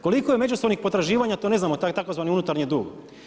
Koliko je međusobnih potraživanja to ne znamo, to je tzv. unutarnji dug.